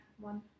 one